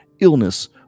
illness